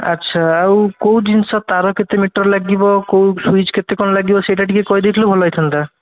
ଆଚ୍ଛା ଆଉ କୋଉ ଜିନିଷ ତାର କେତେ ମିଟର୍ ଲାଗିବ କୋଉ ସୁଇଚ୍ କେତେ କ'ଣ ଲାଗିବ ସେଇଟା ଟିକିଏ କହି ଦେଇଥିଲେ ଭଲ ହେଇଥାନ୍ତା